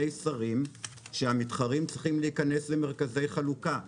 שרים שהמתחרים צריכים להיכנס למרכזי חלוקה.